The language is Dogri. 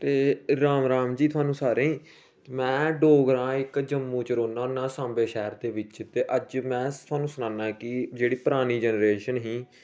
राम राम जी थुहानू सारे गी में डोगरा हा एक जम्मू च रौहन्ना होन्ना हा साम्बे शैह्र दे बिच अज्ज में थुहानू सनाना कि जेहड़ी परानी जनरेशन ही